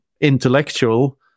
intellectual